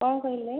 କଣ କହିଲେ